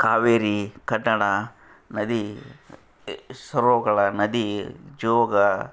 ಕಾವೇರಿ ಕನ್ನಡ ನದಿ ಸರೋಗಳ ನದಿ ಜೋಗ